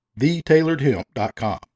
TheTailoredHemp.com